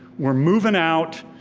we're moving out,